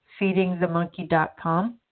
feedingthemonkey.com